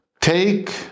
take